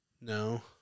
No